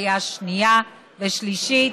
בקריאה שנייה ושלישית,